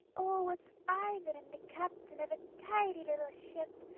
o it's i that am the captain of a tidy little ship,